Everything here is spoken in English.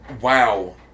wow